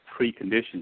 preconditions